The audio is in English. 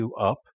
up